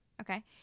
Okay